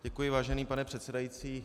Děkuji, vážený pane předsedající.